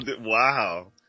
Wow